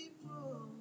people